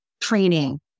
training